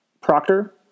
Proctor